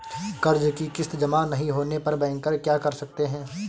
कर्ज कि किश्त जमा नहीं होने पर बैंकर क्या कर सकते हैं?